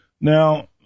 Now